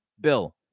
Bill